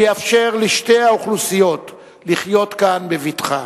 שיאפשר לשתי האוכלוסיות לחיות כאן בבטחה.